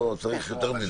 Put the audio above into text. לא צריך יותר מזה.